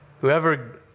Whoever